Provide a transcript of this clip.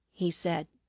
he said.